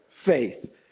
faith